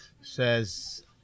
says